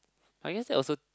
I guess that also